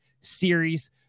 series